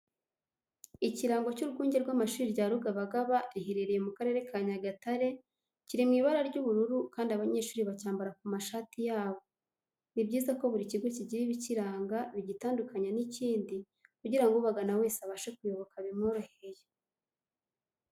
Ikirango cy'urwunge rw'amashuri rya Rubagabaga riherereye mu karere ka Nyagatare kiri mu ibara ry'ubururu kandi abanyeshuri bacyambara ku mashati yabo. Ni byiza ko buri kigo kigira ibikiranga bigitandukanya n'ikindi kugirangi ubagana wese abashe kuyoboka bimworoheye.